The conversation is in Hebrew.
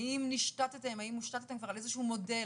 האם השתתם כבר על איזה שהוא מודל,